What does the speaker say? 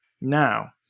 Now